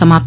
समाप्त